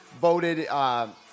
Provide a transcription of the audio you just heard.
Voted